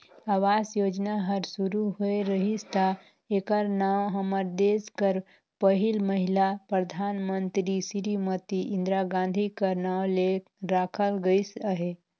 आवास योजना हर सुरू होए रहिस ता एकर नांव हमर देस कर पहिल महिला परधानमंतरी सिरीमती इंदिरा गांधी कर नांव ले राखल गइस अहे